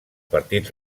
partit